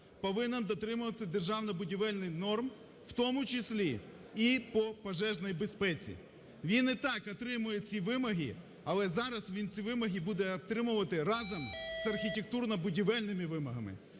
повинен дотримуватися державних будівельних норм, в тому числі і по пожежній безпеці. Він і так отримує ці вимоги, але зараз він ці вимоги буде отримувати разом з архітектурно-будівельними вимогами